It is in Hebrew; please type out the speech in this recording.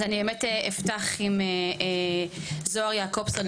אז אני אפתח עם זוהר יעקובסון,